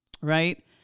right